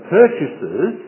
purchases